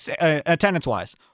attendance-wise